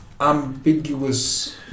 ambiguous